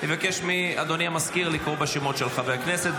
אני מבקש מאדוני המזכיר לקרוא בשמות חברי הכנסת,